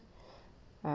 ah